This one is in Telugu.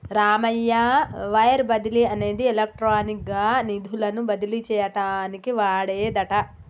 రామయ్య వైర్ బదిలీ అనేది ఎలక్ట్రానిక్ గా నిధులను బదిలీ చేయటానికి వాడేదట